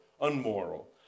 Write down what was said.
unmoral